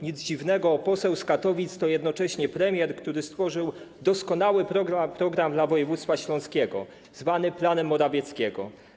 Nic dziwnego, poseł z Katowic to jednocześnie premier, który stworzył doskonały program dla województwa śląskiego zwany planem Morawieckiego.